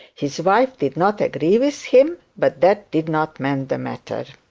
his wife did not agree with him, but that did not mend the matter.